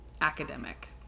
academic